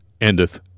endeth